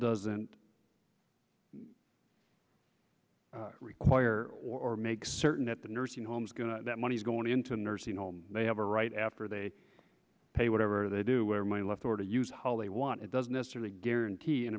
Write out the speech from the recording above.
doesn't require or make certain at the nursing homes going to that money is going into a nursing home they have a right after they pay whatever they do where money left or to use how they want it doesn't necessarily guarantee an